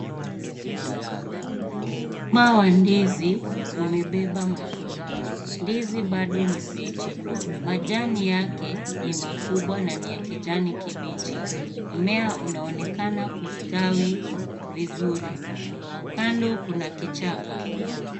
Mgomba wa ndizi umebeba matunda. Ndizi bado ni mbichi. Majani yake ni makubwa na ni ya kijani kibichi. Mmea unaonekana kustawi vizuri. Kando kuna kichaka.